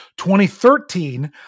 2013